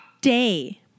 day